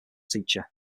teacher